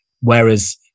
whereas